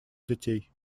детей